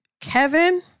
Kevin